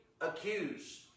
accused